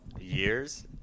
years